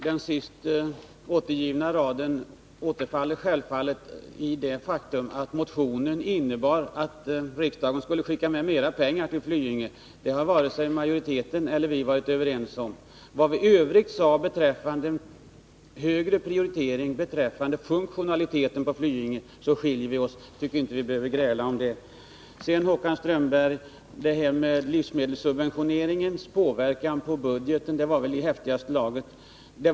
Herr talman! Den sist återgivna raden ur reservation 6 återgår givetvis på det faktum att motionen innebar att riksdagen skulle bevilja mera pengar till Flyinge. Det har varken majoriteten eller vi reservanter ansett. Vad i övrigt beträffar högre prioritering av funktionaliteten på Flyinge så skiljer vi oss åt. Jag tycker inte vi behöver gräla om det. Håkan Strömbergs uttalande att livsmedelssubventionerna inte inverkar på budgetunderskottet var väl i häftigaste laget.